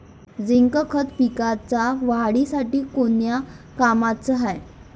Zinc खत पिकाच्या वाढीसाठी कोन्या कामाचं हाये?